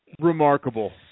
Remarkable